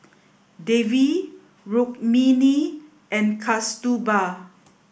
Devi Rukmini and Kasturba